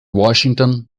washington